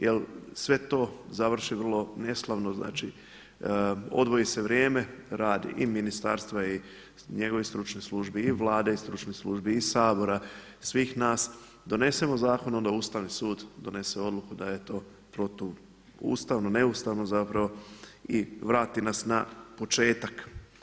Jer sve to završi vrlo neslavno, znači odvoji se vrijeme, radi i ministarstva i njegove stručne službe i Vlade i stručnih službi i Sabora, svih nas, donesemo zakon, onda Ustavni sud donese odluku da je to protuustavno, neustavno zapravo i vrati nas na početak.